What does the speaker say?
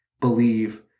believe